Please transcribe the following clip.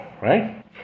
right